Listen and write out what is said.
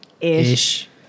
Ish